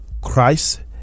Christ